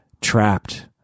trapped